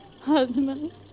Husband